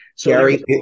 Gary